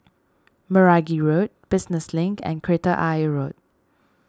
Meragi Road Business Link and Kreta Ayer Road